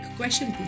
question